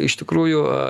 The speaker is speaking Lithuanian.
iš tikrųjų